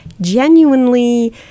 genuinely